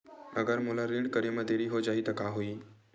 अगर मोला ऋण करे म देरी हो जाहि त का होही?